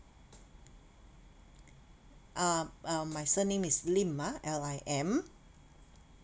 uh uh my my surname is lim ah L I M